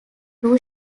two